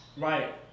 Right